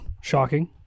shocking